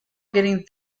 getting